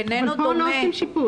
פה לא עושים שיפוץ.